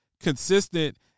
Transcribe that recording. consistent